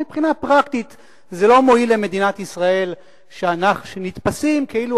מבחינה פרקטית זה לא מועיל למדינת ישראל שנתפסים כאילו